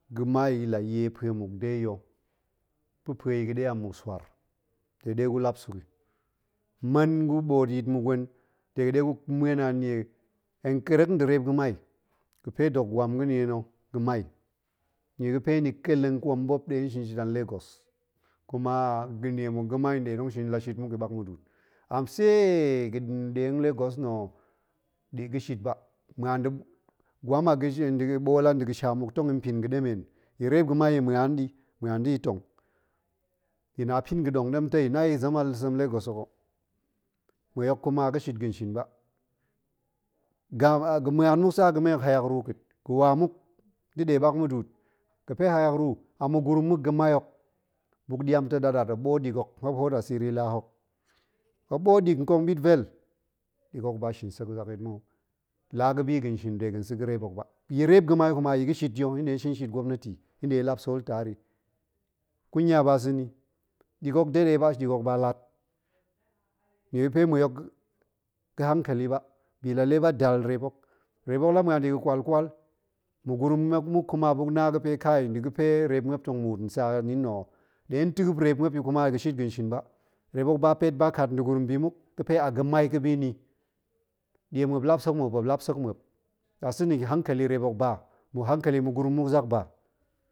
Ga̱mai la yee pue muk de ya̱ pa̱pue ya̱ gaɗe a mmuk swaar de ɗegu lap suk yi, man guɓoot yit gwen de ɗegu muen ammuk ɗie hen kerrek nda̱ reep ga̱mai, ga̱pe dok gwam ga̱ni na̱ ga̱mai, nnie ga̱pe ni kelleng kwamɓop nɗe tong shinshit a lagos, kuma ga̱nie muk ga̱mai nɗe tong shin la shit muk a ɓak mudu'ut, hamtsee ganɗe lagos nna̱ ɗega̱ shit ba muan ga̱ gwam a nda̱ ɓool a nda̱ ga̱sha muk tong yi mpia ga̱demen, ya rep ga̱mai ya̱ muan nɗi muan da̱ ya̱ tong, ya̱na pin ga̱ɗong ɗemtei mui hok kuma ga̱ nda̱ shit ga̱r, shin ba, ga̱ muan muk tsa ga̱me hok hayak ru ka̱a̱t, ga̱ wa muk da̱ ɗe ɓak mudu'ut, ga̱pe hayak ru, a ma̱gurum muk ga̱mai hok buk ɗiam ta̱ ɗatɗat muop ɓoot ɗik hok buk hoot asiri laa hok, muop ɓoot ɗik nkong ɓit vel, ɗik hok ba shinsek zakyit mov, laa hok ga̱bi ga̱nshin dega̱n sa̱ ga̱reep hok ba, ya̱ reep ga̱mai hok ma ya̱ ga̱shit ya̱ ya̱ nɗe ya̱ shin shit gwopnati ya̱ nɗe ya̱ lap sool taar yi, kunya ba sa̱ ni, ɗik hok de ɗe ba, ɗik hok ba lat, nnie ga̱pe mui hok ga̱ hankali ba, bi la lee ba dal reep hok, reep hok la muan dega̱ kwalkwal, ma̱gurum muk kuma buk na ga̱pe kai nda̱ ga̱pe reep muop tong muut ntsa ni nna̱ ho, nɗe tiip reep muop yi kuma ga̱ shit ga̱nshin ba, reep hok ba pet ba kat nda̱ gurum bi muk ɗie muop lap sek muop, muop lap sek muop nɗasa̱na̱ hankali reep hok ba hankak ma̱gurum muk zak ba